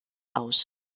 aus